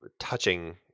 touching